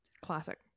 Classic